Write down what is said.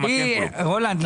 רולנד,